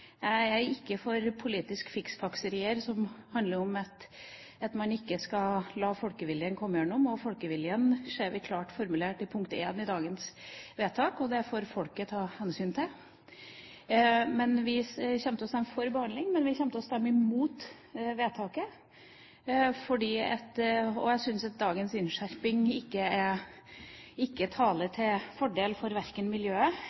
Jeg er ikke for politisk fiksfakseri som handler om at man ikke skal la folkeviljen komme igjennom, og folkeviljen ser vi klart formulert under I i dagens vedtak. Det får folket ta hensyn til. Vi kommer til å stemme for behandling, men vi kommer til å stemme imot vedtaket. Jeg syns at dagens innskjerping ikke taler til fordel for verken miljøet